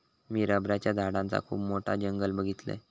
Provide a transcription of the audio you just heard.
मी रबराच्या झाडांचा खुप मोठा जंगल बघीतलय